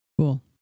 cool